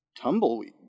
Tumbleweed